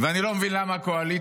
ואני לא מבין למה הקואליציה